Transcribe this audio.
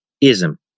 ism